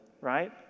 right